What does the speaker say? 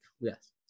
Yes